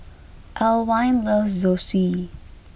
Alwine loves Zosui